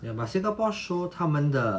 ya but singapore show 他们的